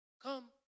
Come